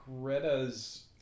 Greta's